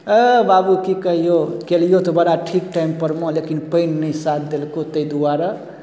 अऽ बाबू की कहियौ केलियौ तऽ बड़ा ठीक टाइमपर मे लेकिन पानि नहि साथ देलकौ ताहि दुआरे